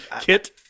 Kit